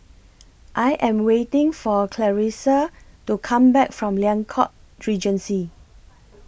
I Am waiting For Clarisa to Come Back from Liang Court Regency